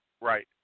Right